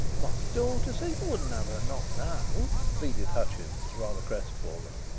my daughter, sir you wouldn't have her not know? pleaded hutchins, rather crest-fallen.